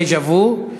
דז'ה-וו.